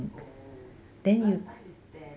oh last time is ten